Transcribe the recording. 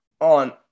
on